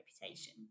reputation